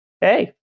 hey